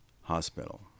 hospital